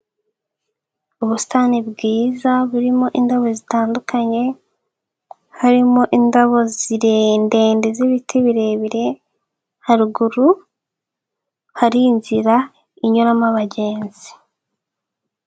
Ubusitani bwiza burimo indabo zitandukanye, harimo indabo ndende z'ibiti birebire, haruguru hari inzira inyuramo abagenzi.